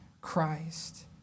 Christ